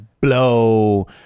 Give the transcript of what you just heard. blow